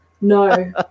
no